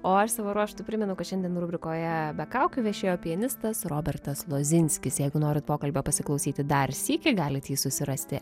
o aš savo ruožtu primenu kad šiandien rubrikoje be kaukių viešėjo pianistas robertas lozinskis jeigu norit pokalbio pasiklausyti dar sykį galit jį susirasti